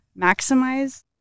maximize